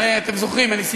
הרי אתם זוכרים,